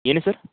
ಏನು ಸರ್